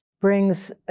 brings